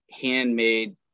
handmade